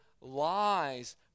lies